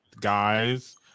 guys